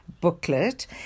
booklet